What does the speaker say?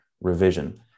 revision